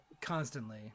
constantly